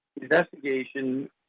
investigation